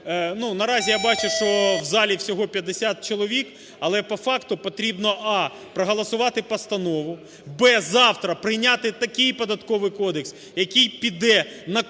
наразі я бачу, що в залі всього 50 чоловік, але по факту потрібно: а) проголосувати постанову; б) завтра прийняти такий Податковий кодекс, який піде на користь,